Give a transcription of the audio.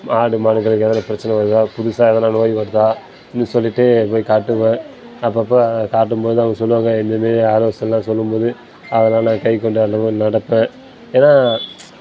ஆடு மாடுகள் எதனால் பிரச்சனை வருதா புதுசா எதனால் நோய் வருதா அப்படினு சொல்லிட்டு போய் காட்டுவேன் அப்பப்ப காட்டும்போது அவங்க சொல்லுவாங்க இன்னது ஆலோசனைல்லாம் சொல்லும்போது அதெலாம் நான் கை கொண்டளவு நடப்பேன் ஏன்னா